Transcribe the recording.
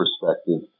perspective